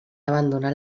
abandonar